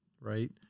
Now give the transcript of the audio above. right